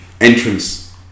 entrance